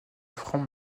franc